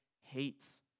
hates